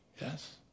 Yes